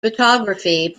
photography